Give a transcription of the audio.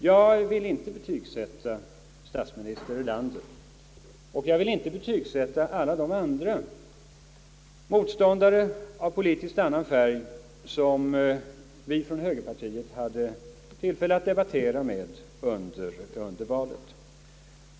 Jag vill emellertid inte fälla omdömen om statsminister Erlander eller andra politiska motståndare som högerpartiet hade tillfälle att debattera med under valrörelsen.